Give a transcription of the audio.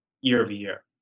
year-over-year